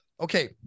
Okay